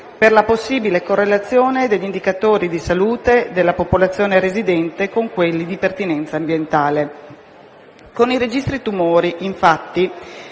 per la possibile correlazione degli indicatori di salute della popolazione residente con quelli di pertinenza ambientale. Con i registri tumori, infatti,